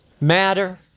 matter